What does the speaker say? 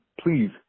please